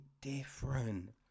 different